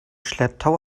schlepptau